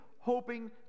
hoping